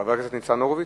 חבר הכנסת ניצן הורוביץ,